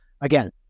Again